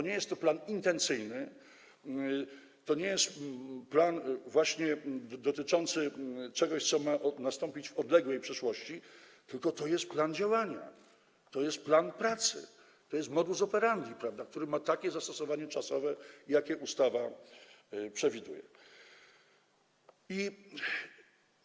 Nie jest to plan intencyjny, nie jest to plan dotyczący czegoś, co ma nastąpić w odległej przyszłości, tylko to jest plan działania, to jest plan pracy, to jest modus operandi, który ma takie zastosowanie czasowe, jakie przewiduje ustawa.